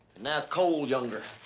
now cole younger.